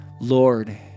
Lord